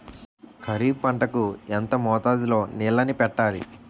ఖరిఫ్ పంట కు ఎంత మోతాదులో నీళ్ళని పెట్టాలి?